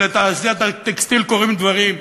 ולתעשיית הטקסטיל קורים דברים.